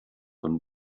von